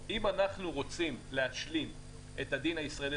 אם אנחנו רוצים להשלים את השוואת הדין הישראלי